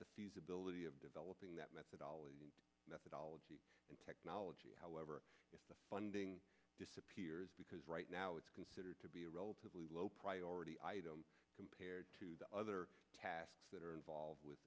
the feasibility of developing that methodology methodology and technology however if the funding disappears because right now it's considered to be a relatively low priority item compared to the other tasks that are involved with